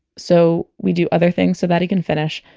so we do other things so that he can finish.